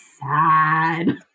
sad